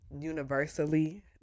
universally